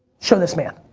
show this man.